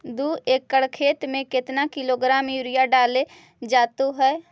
दू एकड़ खेत में कितने किलोग्राम यूरिया डाले जाते हैं?